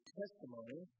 testimony